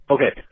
Okay